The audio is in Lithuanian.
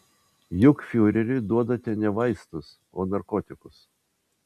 juk fiureriui duodate ne vaistus o narkotikus